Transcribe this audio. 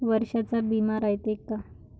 वर्षाचा बिमा रायते का?